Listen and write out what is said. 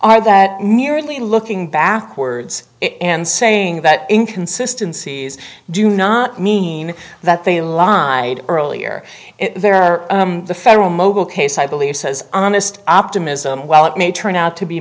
are that merely looking backwards and saying that in consistencies do not mean that they lied earlier there the federal mogul case i believe says honest optimism while it may turn out to be